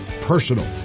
personal